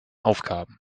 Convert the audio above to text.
aufgaben